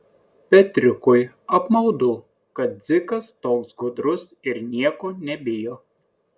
petriukui apmaudu kad dzikas toks gudrus ir nieko nebijo